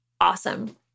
awesome